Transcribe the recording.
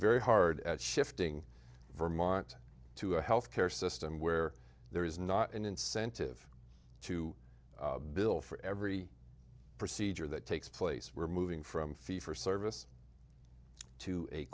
very hard at shifting vermont to a health care system where there is not an incentive to bill for every procedure that takes place we're moving from fee for service to a